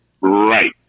right